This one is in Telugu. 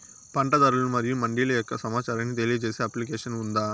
పంట ధరలు మరియు మండీల యొక్క సమాచారాన్ని తెలియజేసే అప్లికేషన్ ఉందా?